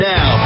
Now